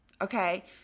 Okay